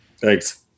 Thanks